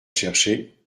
chercher